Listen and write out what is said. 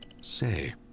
Say